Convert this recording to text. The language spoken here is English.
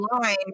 line